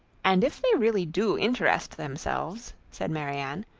and if they really do interest themselves, said marianne,